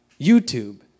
YouTube